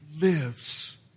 lives